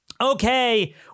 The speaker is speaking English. okay